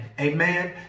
amen